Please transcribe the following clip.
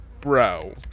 bro